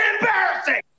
embarrassing